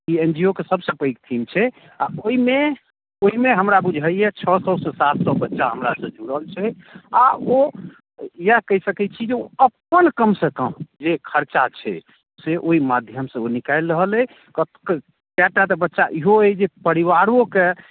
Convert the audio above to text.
ई N G ओके सबसे पैघ थीम छै आ ओहिमे ओहिमे हमरा बुझाइया छओ सए से सात सए बच्चा हमरा से जुड़ल छै आ ओ इएह कहि सकैत छी जे ओ अपन कम से कम जे खर्चा छै से ओहि माध्यम से ओ निकालि रहल एहि कयटा तऽ बच्चा इहो अछि जे परिवारोके कनि